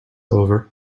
over